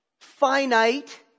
finite